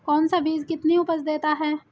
कौन सा बीज कितनी उपज देता है?